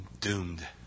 doomed